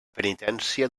penitència